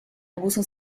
abuso